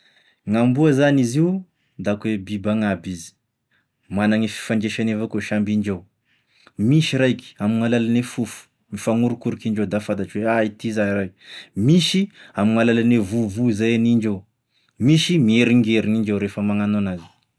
Gn'amboa zany izy io da akoe biby agnaby izy, managne fifandraisany avao koa samby indreo, misy raika amin'ny alalan'ny fofo, mifanorokorok'indreo da fantatra hoe a ity zay, misy amin'ny alalan'ny vovoa zay hanindreo, misy mieringerogny indreo rehefa magnano an'azy.